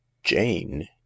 jane